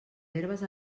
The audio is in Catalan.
herbes